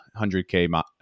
100K